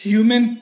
Human